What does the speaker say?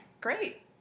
Great